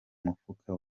mufuka